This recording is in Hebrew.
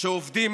שעובדים,